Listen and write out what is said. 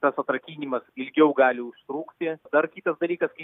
tas atrakinimas ilgiau gali užtrukti dar kitas dalykas kai